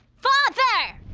father!